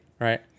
Right